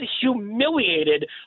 humiliated